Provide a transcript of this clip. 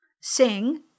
sing